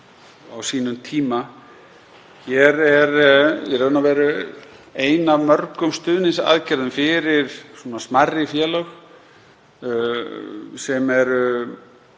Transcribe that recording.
á sínum tíma. Hér er í raun og veru ein af mörgum stuðningsaðgerðum fyrir smærri félög sem eru